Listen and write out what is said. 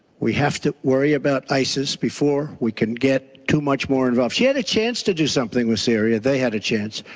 we have to worry about isis before we can get too much more involved. she had a chance to do something with syria, they had a chance,